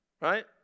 right